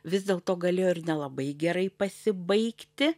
vis dėlto galėjo ir nelabai gerai pasibaigti